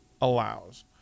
allows